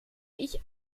ich